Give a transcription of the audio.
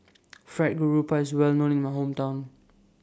Fried Garoupa IS Well known in My Hometown